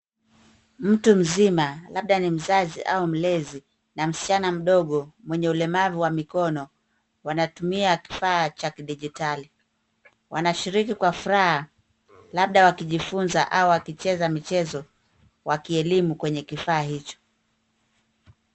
Mtu mzima, labda ni mzazi au mlezi na msichana mdogo mwenye ulemavu wa mikono wanatumia kifaa cha kidijitali. Wanashiriki kwa furaha labda wakijifunza au wakicheza michezo wa kielimu kwenye kifaa hicho.